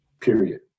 period